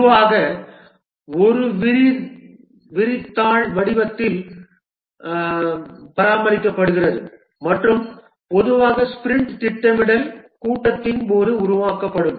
பொதுவாக ஒரு விரிதாள் வடிவத்தில் பராமரிக்கப்படுகிறது மற்றும் பொதுவாக ஸ்பிரிண்ட் திட்டமிடல் கூட்டத்தின் போது உருவாக்கப்படும்